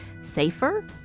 safer